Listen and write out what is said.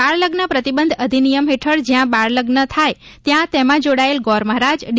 બાળલગ્ન પ્રતિબંધ અધિનિયમ હેઠળ જયાં બાળલગ્ન થાય ત્યાં તેમાં જોડાયેલા ગોર મહારાજ ડી